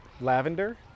Lavender